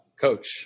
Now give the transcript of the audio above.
Coach